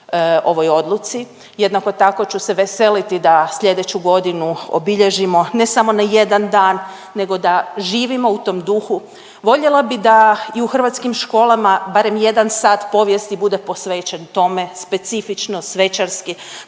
ovoj odluci. Jednako tako ću se veselit da slijedeću godinu obilježimo ne samo na jedan dan nego da živimo u tom duhu. Voljela bi da i u hrvatskim školama barem jedan sat povijesti bude posvećen tome specifično, svečarski